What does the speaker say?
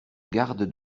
garde